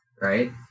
right